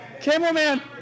Cameraman